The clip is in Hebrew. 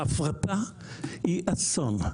ההפרטה היא אסון.